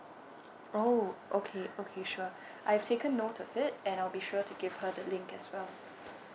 oh okay okay sure I've taken note of it and I'll be sure to give her the link as well